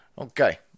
Okay